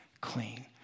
clean